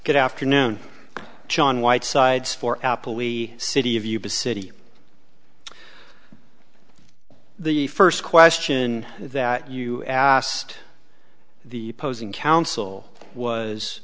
good afternoon john whitesides for apple e city of yuba city the first question that you asked the posing counsel was